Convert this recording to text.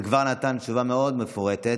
וכבר נתן תשובה מאוד מפורטת.